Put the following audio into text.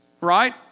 right